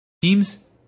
Teams